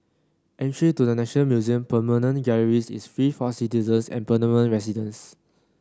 entry to the National Museum permanent galleries is free for citizens and permanent residents